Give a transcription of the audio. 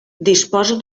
disposa